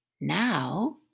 Now